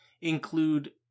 include